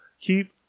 keep